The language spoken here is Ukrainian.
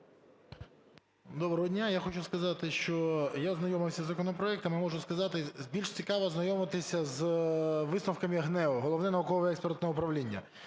Доброго дня. Я хочу сказати, що я ознайомився з законопроектом, і можу сказати, більш цікаво ознайомитися з висновками ГНЕУ, Головне науково-експертне управління.